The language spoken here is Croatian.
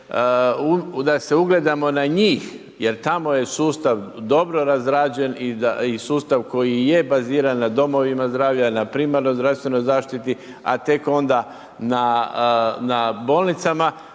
da se ugledamo na njih jer tamo je sustav dobro razrađen i sustav koji je baziran na domovima zdravlja, na primarnoj zdravstvenoj zaštiti, a tek onda na bolnicama,